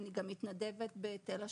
אני גם מתנדבת בתל השומר.